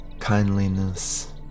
kindliness